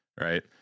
right